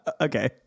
Okay